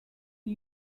are